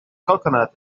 coconut